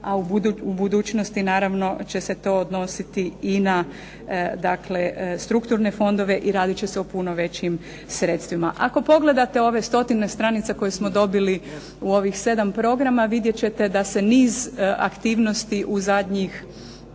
a u budućnosti naravno će se to odnositi i na, dakle strukturne fondove i radit će se o puno većim sredstvima. Ako pogledate ove stotine stranica koje smo dobili u ovih 7 programa vidjet ćete da se niz aktivnosti u zadnjih